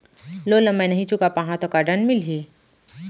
Loan ला मैं नही चुका पाहव त का दण्ड मिलही?